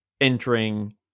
entering